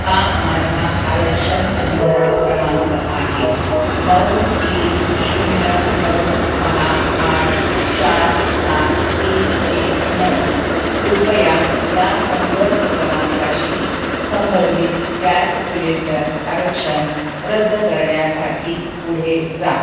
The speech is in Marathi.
हा माझा आरक्षण संदर्भ क्रमांक आहे नऊ तीन शून्य नऊ सहा आठ चार सात तीन एक नऊ कृपया या संदर्भ क्रमांकाशी संबधित गॅस सिलेंडर आरक्षण रद्द करण्यासाठी पुढे जा